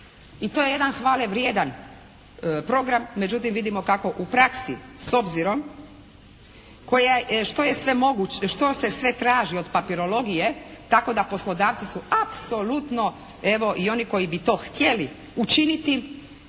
I to je jedan hvale vrijedan program, međutim vidimo kako u praksi s obzirom što se sve traži od papirologoje tako da poslodavci su apsolutno evo i oni koji bi to htjeli učiniti